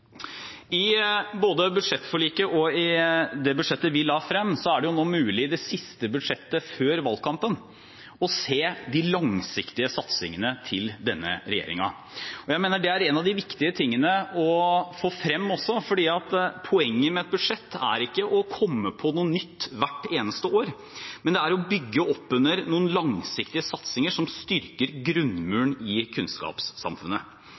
i norske klasserom. I både budsjettforliket og det budsjettet vi la frem – det siste budsjettet før valgkampen – er det mulig å se de langsiktige satsingene til denne regjeringen. Jeg mener det er en av de viktige tingene å få frem, fordi poenget med et budsjett er ikke å komme på noe nytt hvert eneste år, men å bygge opp under noen langsiktige satsinger som styrker grunnmuren i kunnskapssamfunnet.